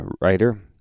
writer